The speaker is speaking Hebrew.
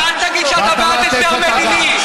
אז אל תגיד שאתה בעד הסדר מדיני.